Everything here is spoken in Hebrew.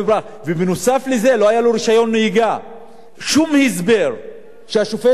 שום הסבר של השופט שגזר עליו את העונש לא יכול לספק אותי.